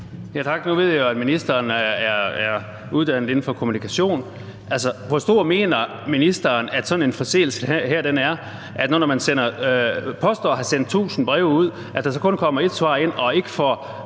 Nu ved jeg jo, at ministeren er uddannet inden for kommunikation. Hvor stor mener ministeren at sådan en forseelse her er – at man, når man påstår at have sendt tusind breve ud og der kun kommer ét svar ind, ikke får